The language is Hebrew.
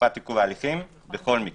תקופת עיכוב ההליכים בכל מקרה.